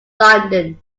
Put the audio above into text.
london